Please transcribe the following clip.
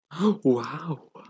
wow